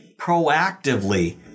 proactively